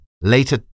later